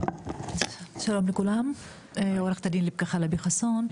שלום, עו"ד לבקה חלבי חסון,